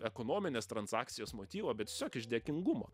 ekonominės transakcijos motyvo bet tiesiog iš dėkingumo